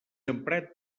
emprat